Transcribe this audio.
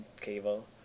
cable